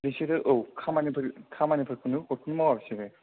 बिसोरो औ बिसोरो खामानिफोर खामानिफोरखौनो गथखौनो मावा बिसोरो